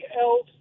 else